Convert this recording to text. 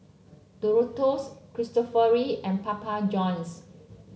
Doritos Cristofori and Papa Johns